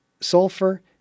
sulfur